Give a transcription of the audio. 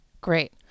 Great